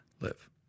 live